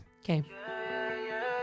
Okay